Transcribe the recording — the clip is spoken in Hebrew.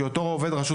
אותו עובד רשות